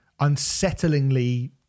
unsettlingly